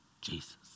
Jesus